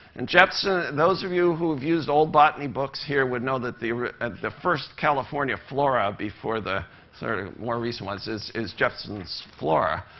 and jepson those of you who have used old botany books here would know that the the first california flora before the sort of more recent ones is is jepson's flora.